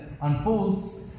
unfolds